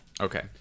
okay